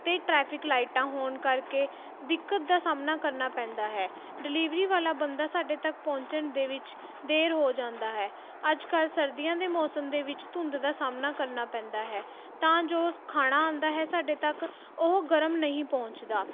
ਅਤੇ ਟਰੈਫਿਕ ਲਾਈਟਾਂ ਹੋਣ ਕਰਕੇ ਦਿੱਕਤ ਦਾ ਸਾਹਮਣਾ ਕਰਨਾ ਪੈਂਦਾ ਹੈ ਡਿਲੀਵਰੀ ਵਾਲਾ ਬੰਦਾ ਸਾਡੇ ਤੱਕ ਪਹੁੰਚਣ ਦੇ ਵਿੱਚ ਦੇਰ ਹੋ ਜਾਂਦਾ ਹੈ ਅੱਜ ਕੱਲ੍ਹ ਸਰਦੀਆਂ ਦੇ ਮੌਸਮ ਦੇ ਵਿੱਚ ਧੁੰਦ ਦਾ ਸਾਹਮਣਾ ਕਰਨਾ ਪੈਂਦਾ ਹੈ ਤਾਂ ਜੋ ਖਾਣਾ ਆਉਂਦਾ ਹੈ ਸਾਡੇ ਤੱਕ ਉਹ ਗਰਮ ਨਹੀਂ ਪਹੁੰਚਦਾ